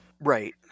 Right